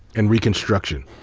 and reconstruction.